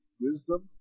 wisdom